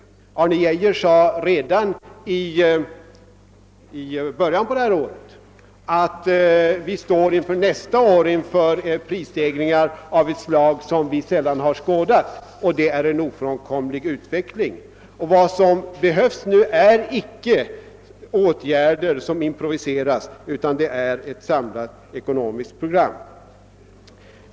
Arne Geijer sade redan i början av detta år att vi nästa år kommer att stå inför prisstegringar av en storleksordning som vi sällan har skådat, det var en ofrånkomlig utveckling. Vad som nu behövs är icke åtgärder som improviseras, utan det är ett samlat ekonomiskt program.